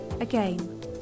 Again